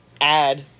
add